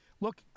Look